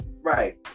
Right